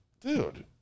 dude